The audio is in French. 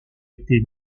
été